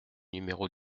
numéro